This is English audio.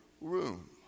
room